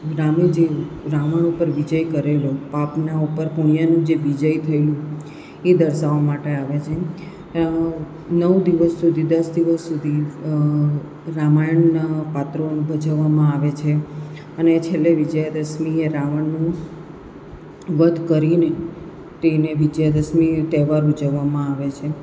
રામે જે રાવણ ઉપર વિજય કરેલો પાપના ઉપર પુણ્યનો જે વિજય થયું એ દર્શાવવા માટે આવે છે નવ દિવસ સુધી દસ દિવસ સુધી રામાયણના પાત્રો ભજવવામાં આવે છે અને છેલ્લે વિજયા દશમી રાવણનું વધ કરીને તેને વિજયાદશમી તહેવાર ઉજવવામાં આવે છે